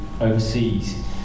overseas